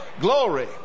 Glory